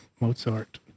Mozart